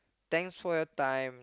thanks for your time